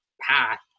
path